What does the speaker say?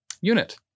unit